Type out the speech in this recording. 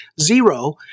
zero